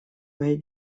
моей